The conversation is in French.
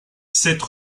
cette